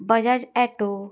Bajaj auto